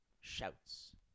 Shouts